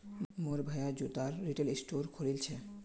मोर भाया जूतार रिटेल स्टोर खोलील छ